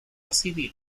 civil